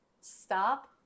stop